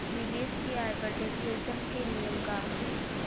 निवेश के आय पर टेक्सेशन के नियम का ह?